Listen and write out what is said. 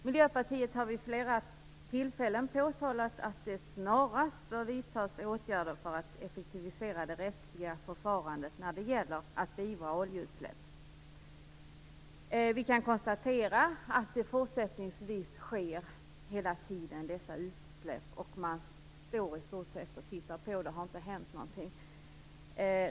Miljöpartiet har vid flera tillfällen påpekat att det snarast bör vidtas åtgärder för att effektivisera det rättsliga förfarandet när det gäller att beivra oljeutsläpp. Vi kan konstatera att sådana utsläpp sker hela tiden. I stort sett tittar man bara på, det har inte hänt någonting.